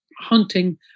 hunting